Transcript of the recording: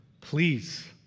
Please